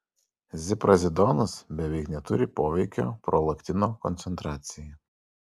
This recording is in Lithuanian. ziprazidonas beveik neturi poveikio prolaktino koncentracijai